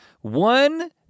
One